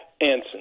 Anson